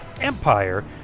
EMPIRE